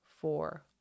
four